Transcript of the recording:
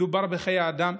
מדובר בחיי אדם.